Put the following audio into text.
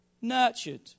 nurtured